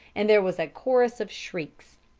and there was a chorus of shrieks.